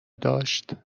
داشت